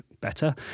better